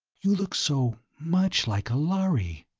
you look so much like a lhari!